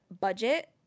budget